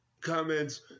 comments